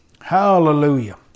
Hallelujah